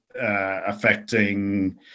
affecting